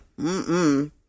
Mm-mm